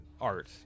art